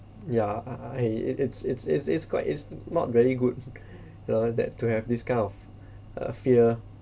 yeah I I I it's it's it's it's quite it's not very good lor that to have this kind of uh fear